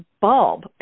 bulb